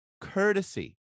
courtesy